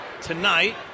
Tonight